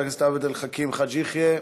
חבר הכנסת עבד אל חכים חאג' יחיא,